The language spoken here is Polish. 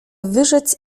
wyrzec